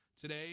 Today